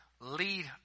lead